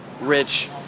Rich